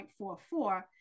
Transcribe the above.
0.44